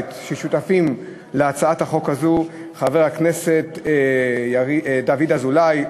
ששותפים להצעת החוק הזו: חברי הכנסת דוד אזולאי,